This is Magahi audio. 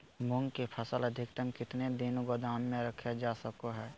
मूंग की फसल अधिकतम कितना दिन गोदाम में रखे जा सको हय?